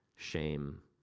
shame